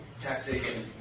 taxation